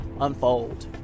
unfold